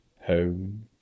home